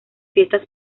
fiestas